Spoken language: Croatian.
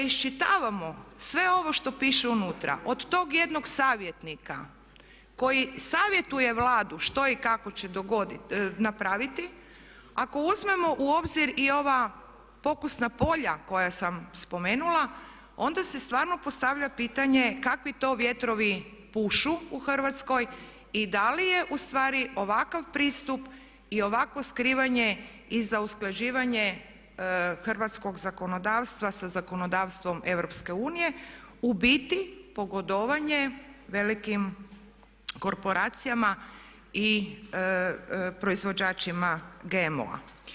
Ali kada iščitavamo sve ovo što piše unutra od tog jednog savjetnika koji savjetuje Vladu što i kako će napraviti, ako uzmemo u obzir i ova pokusna polja koja sam spomenula, onda se stvarno postavlja pitanje kakvi to vjetrovi pušu u Hrvatskoj i da li je u stvari ovakav pristup i ovakvo skrivanje i za usklađivanje hrvatskog zakonodavstva sa zakonodavstvom EU u biti pogodovanje velikim korporacijama i proizvođačima GMO-a.